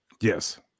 Yes